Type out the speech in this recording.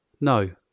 No